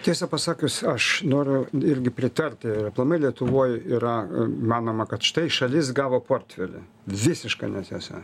tiesą pasakius aš noriu irgi pritarti aplamai lietuvoj yra manoma kad štai šalis gavo portfelį visiška netiesa